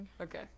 Okay